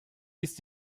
ist